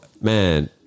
man